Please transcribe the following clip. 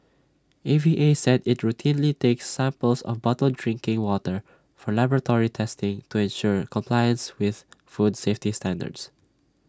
A V A said IT routinely takes samples of bottled drinking water for laboratory testing to ensure compliance with food safety standards